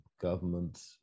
government